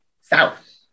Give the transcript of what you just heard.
south